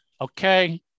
Okay